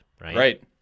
right